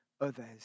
others